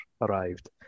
arrived